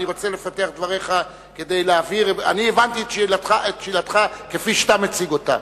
אני הבנתי את שאלתך כפי שאתה מציג אותה.